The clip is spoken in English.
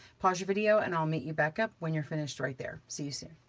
pause your video and i'll meet you back up when you're finished right there, see you soon.